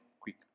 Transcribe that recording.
quick